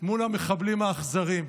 מול המחבלים האכזריים.